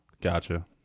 Gotcha